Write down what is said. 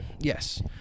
Yes